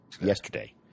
Yesterday